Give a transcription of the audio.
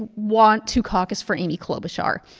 and want to caucus for amy klobuchar.